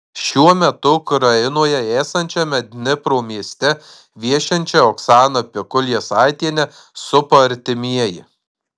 šiuo metu ukrainoje esančiame dnipro mieste viešinčią oksaną pikul jasaitienę supa artimieji